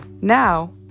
now